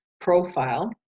profile